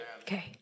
Okay